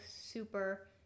super